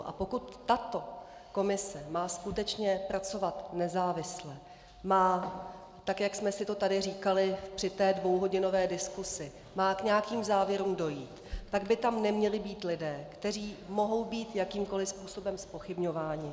A pokud tato komise má skutečně pracovat nezávisle, má, tak jak jsme si to tady říkali při té dvouhodinové diskusi, k nějakým závěrům dojít, pak by tam neměli být lidé, kteří mohou být jakýmkoliv způsobem zpochybňováni.